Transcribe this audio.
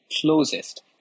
closest